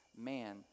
man